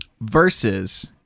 versus